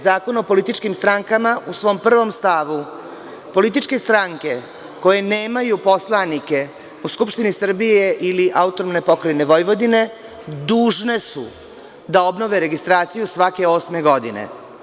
Zakonom o političkim strankama u svom prvom stavu političke stranke koje nemaju poslanike u Skupštini Srbije ili AP Vojvodine dužne su da obnove registraciju svake osme godine.